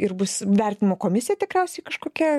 ir bus vertinimo komisija tikriausiai kažkokia